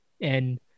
and-